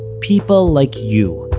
people like you,